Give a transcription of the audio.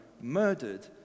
murdered